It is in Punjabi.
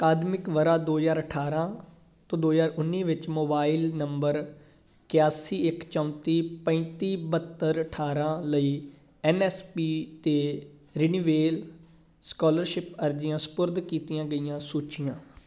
ਅਕਾਦਮਿਕ ਵਰ੍ਹਾ ਦੋ ਹਜ਼ਾਰ ਅਠਾਰਾਂ ਤੋਂ ਦੋ ਹਜ਼ਾਰ ਉੱਨੀ ਵਿੱਚ ਮੋਬਾਈਲ ਨੰਬਰ ਇਕਾਸੀ ਇਕ ਚੌਂਤੀ ਪੈਂਤੀ ਬਹੱਤਰ ਅਠਾਰਾਂ ਲਈ ਐੱਨ ਐੱਸ ਪੀ 'ਤੇ ਰਿਨਿਵੇਲ ਸਕਾਲਰਸ਼ਿਪ ਅਰਜ਼ੀਆਂ ਸਪੁਰਦ ਕੀਤੀਆਂ ਗਈਆਂ ਸੂਚੀਆਂ